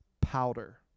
powder